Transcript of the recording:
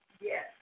Yes